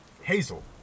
Hazel